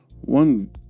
One